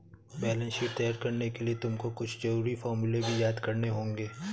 balance sheet तैयार करने के लिए तुमको कुछ जरूरी फॉर्मूले भी याद करने होंगे